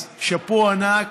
אז שאפו ענק.